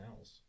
else